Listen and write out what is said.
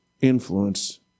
influence